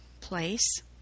place